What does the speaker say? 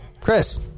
Chris